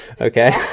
Okay